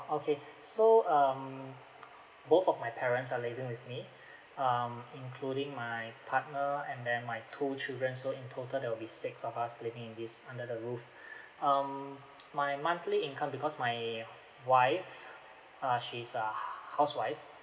oh okay so um both of my parents are living with me um including my partner and then my two children so in total there'll be six of us living in this under the roof um my monthly income because my wife uh she's a h~ housewife